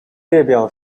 列表